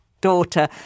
daughter